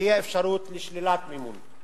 תהיה אפשרות לשלילת מימון?